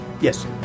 yes